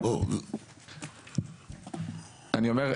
אני אומר,